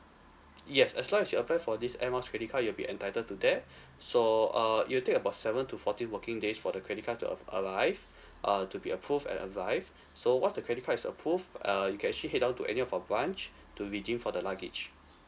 yes as long as you apply for this air miles credit card you'll be entitled to that so uh it'll take about seven to fourteen working days for the credit card to ar~ arrive uh to be approved and arrive so once the credit price is approved err you can actually head down to any of our branch to redeem for the luggage